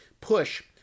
push